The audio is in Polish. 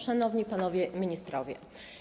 Szanowni Panowie Ministrowie!